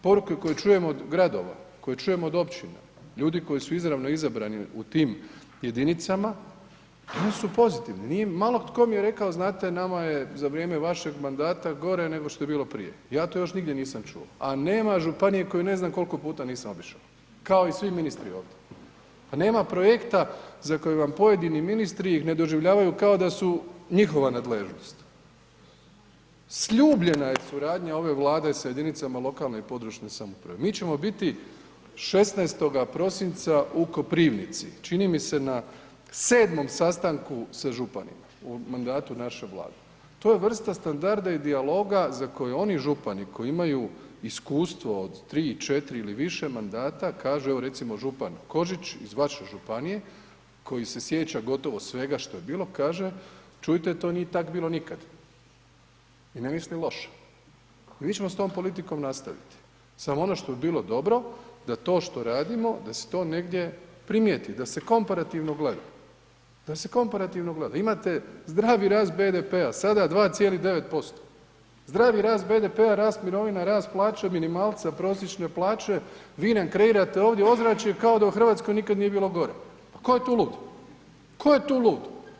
Poruke koje čujem od gradova, koje čujem od općina, ljudi koji su izravno izabrani u tim jedinicama oni su pozitivni i malo tko mi je rekao znate nama je za vrijeme vašeg mandata gore nego što je bilo prije, ja to još nigdje nisam čuo, a nema županije koju ne znam kolko puta nisam obišo, kao i svi ministri ovdje, pa nema projekta za koji vam pojedini ministri ih ne doživljavaju kao da su njihova nadležnost, sljubljena je suradnja ove Vlade sa jedinicama lokalne i područne samouprave, mi ćemo biti 16. prosinca u Koprivnici, čini mi se na 7. sastanku sa županima u mandatu naše Vlade, to je vrsta standarda i dijaloga za koju oni župani koji imaju iskustvo od 3, 4 ili više mandata kažu, evo recimo župan Kožić iz vaše županije koji se sjeća gotovo svega što je bilo, kaže čujte to nije tak bilo nikad i ne misli loše i mi ćemo s tom politikom nastaviti, samo ono što bi bilo dobro da to što radimo da se to negdje primijeti, da se komparativno gleda, da se komparativno gleda, imate zdravi rast BDP-a, sada 2,9%, zdravi rast BDP-a, rast mirovina, rast plaća, minimalca prosječne plaće, vi nam kreirate ovdje ozračje kao da u RH nikad nije bilo gore, pa tko je tu lud, tko je tu lud?